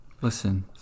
listen